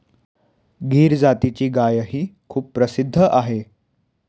गीर जातीची गायही खूप प्रसिद्ध आहे